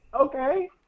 okay